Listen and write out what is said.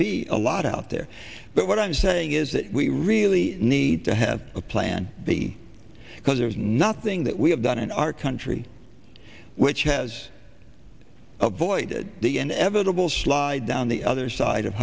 be a lot out there but what i'm saying is that we really need to have a plan b because there's nothing that we have done in our country which has avoided the evitable slide down the other side of